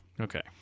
Okay